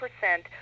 percent